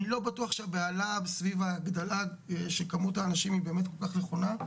אני לא בטוח שהבהלה סביב ההגדלה של כמות האנשים היא באמת כל כך נכונה,